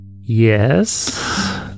Yes